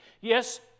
Yes